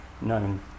known